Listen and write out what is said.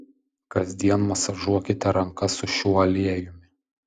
kasdien masažuokite rankas su šiuo aliejumi